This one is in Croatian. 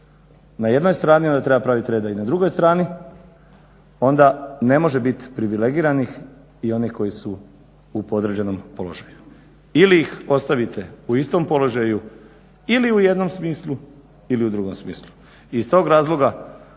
na jednoj strani onda treba pravit reda i na drugoj strani, onda ne može bit privilegiranih i oni koji su u podređenom položaju. Ili ih ostavite u istom položaju ili u jednom smislu ili u drugom smislu. Iz tog razloga